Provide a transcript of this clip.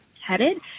headed